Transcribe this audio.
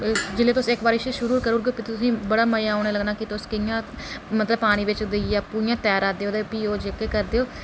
जेल्लै तुस इक बारी इसी शुरू करूड़गो तसेंई बड़ा मजा औनेंई लगना तुस कि'यां मतलब पानी बिच जां आपूं इ'यां तैरा'र दे ओ ते